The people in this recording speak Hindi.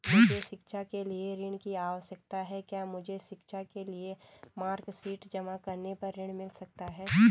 मुझे शिक्षा के लिए ऋण की आवश्यकता है क्या मुझे शिक्षा के लिए मार्कशीट जमा करने पर ऋण मिल सकता है?